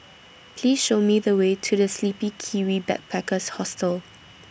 Please Show Me The Way to The Sleepy Kiwi Backpackers Hostel